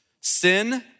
sin